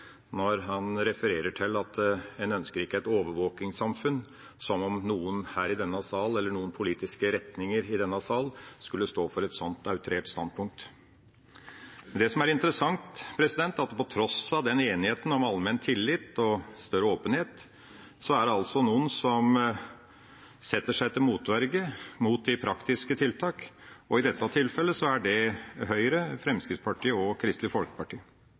når han refererer til at en ikke ønsker et overvåkingssamfunn – som om noen her i denne sal eller noen politiske retninger i denne sal skulle stå for et sånt outrert standpunkt. Det som er interessant, er at på tross av enigheten om allmenn tillit og større åpenhet er det altså noen som setter seg til motverge mot praktiske tiltak. I dette tilfellet er det Høyre, Fremskrittspartiet og Kristelig Folkeparti.